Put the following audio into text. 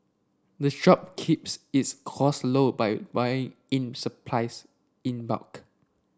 the shop keeps its cost low by buying in supplies in bulk